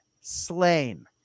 Slain